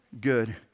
good